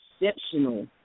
exceptional